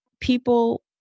people